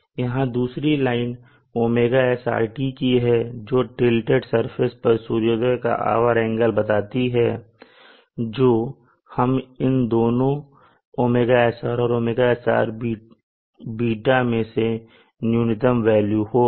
और यहां दूसरी लाइन ωsrt की है जो टीलटेड सरफेस पर सूर्योदय का आवर एंगल बताती है जो हम इन दोनों 𝞈srऔर 𝞈srß मे से न्यूनतम वेल्यू होगा